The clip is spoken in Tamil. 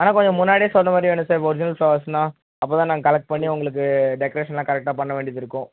ஆனால் கொஞ்சம் முன்னாடியே சொல்கிற மாதிரி வேணும் சார் ஒரிஜினல் ஃப்ளவர்ஸ்னால் அப்போ தான் நாங்கள் கலெக்ட் பண்ணி உங்களுக்கு டெக்ரேஷனெலாம் கரெக்டாக பண்ண வேண்டியதிருக்கும்